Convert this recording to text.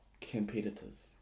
competitors